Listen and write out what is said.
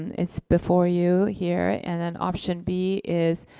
it's before you here, and then option b is,